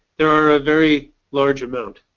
there are very large amount.